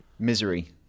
Misery